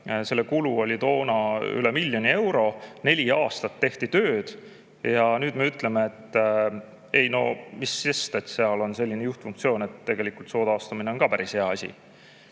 selle kulu oli toona üle miljoni euro, neli aastat tehti tööd – ja nüüd me ütleme, et ei, mis sest, et seal on selline juhtfunktsioon, tegelikult soo taastamine on ka päris hea asi.